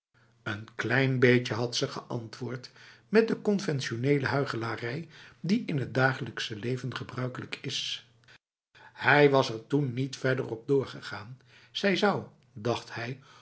n klein beetje had ze geantwoord met de conventionele huichelarij die in het dagelijks leven gebruikelijk is hij was er toen niet verder op doorgegaan zij zou dacht hij